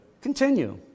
continue